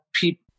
people